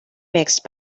mixed